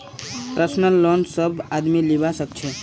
personal loan सब आदमी लीबा सखछे